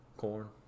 Corn